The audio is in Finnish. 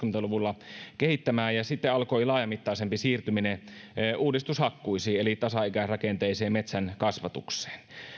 luvuilla kehittämään ja sitten alkoi laajamittaisempi siirtyminen uudistushakkuisiin eli tasaikäisrakenteiseen metsänkasvatukseen